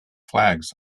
flags